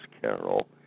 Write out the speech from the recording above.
Carol